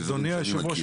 אדוני היושב-ראש,